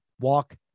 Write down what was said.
Walk